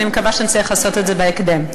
ואני מקווה שנצליח לעשות את זה בהקדם.